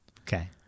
Okay